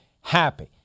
happy